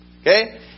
Okay